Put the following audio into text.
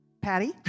Patty